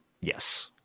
Yes